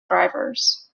drivers